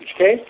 okay